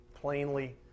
plainly